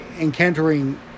encountering